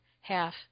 half